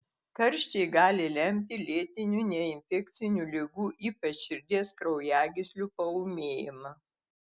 karščiai gali lemti lėtinių neinfekcinių ligų ypač širdies kraujagyslių paūmėjimą